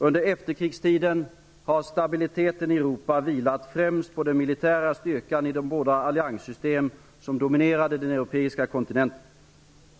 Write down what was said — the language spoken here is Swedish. Under efterkrigstiden har stabiliteten i Europa vilat främst på den militära styrkan i de båda allianssystem som dominerat den europeiska kontinenten.